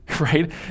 right